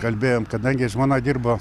kalbėjom kadangi žmona dirbo